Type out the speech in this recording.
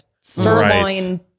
sirloin